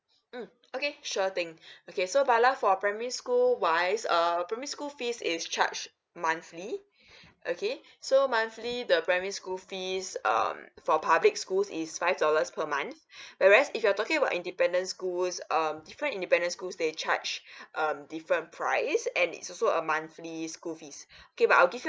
mm okay sure thing okay so bala for primary school wise err primary school fees is charge monthly okay so monthly the primary school fees um public schools is five dollars per month whereas if you're talking about independent schools um different independent schools they charge um different price and it's also a month the school fees okay but I'll give you